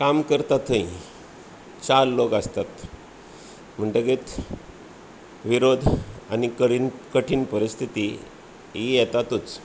काम करतां थंय चार लोग आसतात म्हणटगीत विरोध आनी कठीन परीस्थीती इ येतातूच